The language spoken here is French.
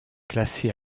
classée